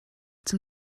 zum